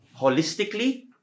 Holistically